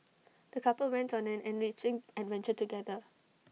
the couple went on an enriching adventure together